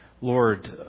Lord